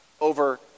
over